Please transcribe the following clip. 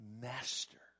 master